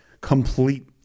complete